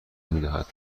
میدهد